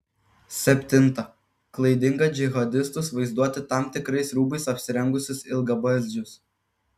septinta klaidinga džihadistus vaizduoti tam tikrais rūbais apsirengusius ilgabarzdžius